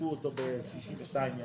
חילקו אותו ב-62 ימים.